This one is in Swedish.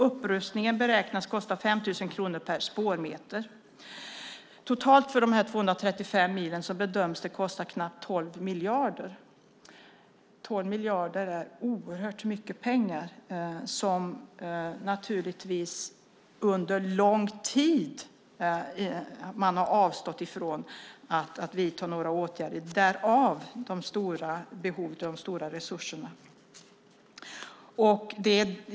Upprustningen beräknas kosta 5 000 kronor per spårmeter. Totalt för de 235 milen bedöms det kosta nästan 12 miljarder. 12 miljarder är oerhört mycket pengar. Då man under lång tid har avstått från att vidta några åtgärder finns behovet av de stora resurserna.